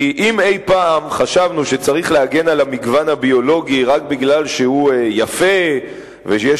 כי אם אי-פעם חשבנו שצריך להגן על המגוון הביולוגי רק כי הוא יפה ויש